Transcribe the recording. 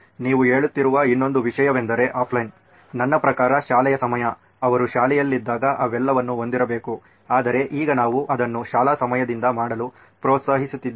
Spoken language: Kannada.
ನೀವು ಹೇಳುತ್ತಿರುವ ಇನ್ನೊಂದು ವಿಷಯವೆಂದರೆ ಆಫ್ಲೈನ್ ನನ್ನ ಪ್ರಕಾರ ಶಾಲೆಯ ಸಮಯ ಅವರು ಶಾಲೆಯಲ್ಲಿದ್ದಾಗ ಇವೆಲ್ಲವನ್ನೂ ಹೊಂದಿರಬೇಕು ಆದರೆ ಈಗ ನಾವು ಅದನ್ನು ಶಾಲಾ ಸಮಯದಿಂದ ಮಾಡಲು ಪ್ರೋತ್ಸಾಹಿಸುತ್ತಿದ್ದೇವೆ